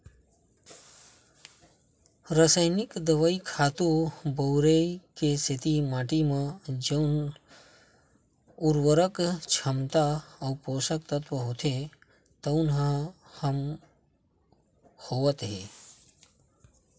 रसइनिक दवई, खातू बउरई के सेती माटी म जउन उरवरक छमता अउ पोसक तत्व होथे तउन ह कम होवत हे